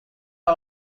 are